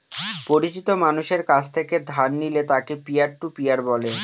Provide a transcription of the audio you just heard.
পরিচিত মানষের কাছ থেকে ধার নিলে তাকে পিয়ার টু পিয়ার বলে